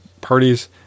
parties